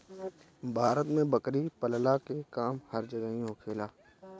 भारत में बकरी पलला के काम हर जगही होखेला